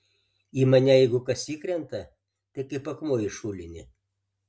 į mane jeigu kas įkrenta tai kaip akmuo į šulinį